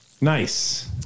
Nice